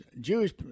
Jewish